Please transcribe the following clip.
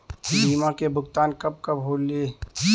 बीमा के भुगतान कब कब होले?